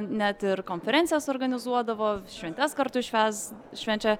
net ir konferencijas organizuodavo šventes kartu švęs švenčia